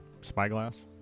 spyglass